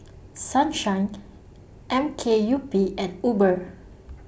Sunshine M K U P and Uber